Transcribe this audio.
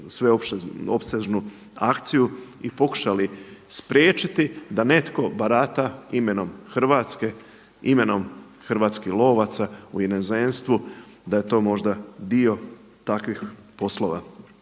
opsežnu akciju i pokušali spriječiti da netko barata imenom Hrvatske, imenom hrvatskih lovaca u inozemstvu da je to možda dio takvih poslova.